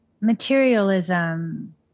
materialism